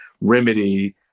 remedy